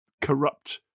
corrupt